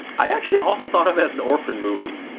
i actually also thought of as an orphan movie.